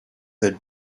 the